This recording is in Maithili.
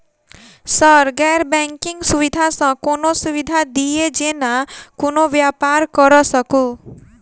सर गैर बैंकिंग सुविधा सँ कोनों सुविधा दिए जेना कोनो व्यापार करऽ सकु?